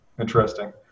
interesting